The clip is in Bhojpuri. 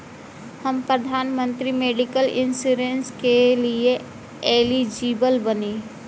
हम प्रधानमंत्री मेडिकल इंश्योरेंस के लिए एलिजिबल बानी?